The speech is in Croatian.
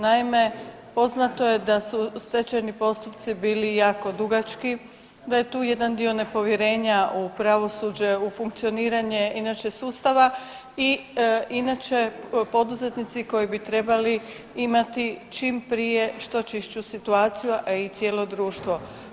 Naime, poznato je da su stečajni postupci bili jako dugački, da je tu jedan dio nepovjerenja u pravosuđe, u funkcioniranje inače sustava i inače poduzetnici koji bi trebali imati čim prije što čišću situaciju, a i cijelo društvo.